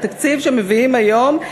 בתקציב שמביאים היום,